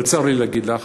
אבל צר לי להגיד לך